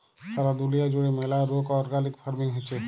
সারা দুলিয়া জুড়ে ম্যালা রোক অর্গ্যালিক ফার্মিং হচ্যে